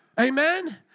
Amen